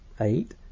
eight